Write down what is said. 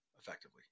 effectively